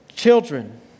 Children